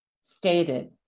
stated